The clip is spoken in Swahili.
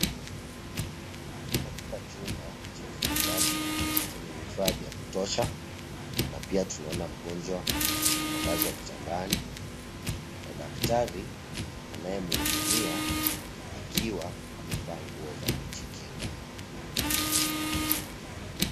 Katika chumba cha hospitali chenye vifaa vya kutosha, na pia tunaona mgonjwa amelazwa kitandani, na daktari anayemhudumia akiwa amevaa nguo za kujikinga.